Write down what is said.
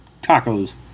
tacos